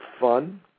fun